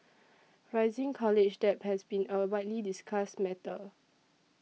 rising college debt has been a widely discussed matter